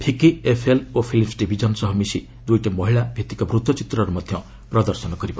FICCI FLO films division ସହ ମିଶି ଦୁଇଟି ମହିଳାଭିତ୍ତିକ ବୃତ୍ତ ଚିତ୍ରର ପ୍ରଦର୍ଶନ କରିବ